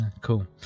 Cool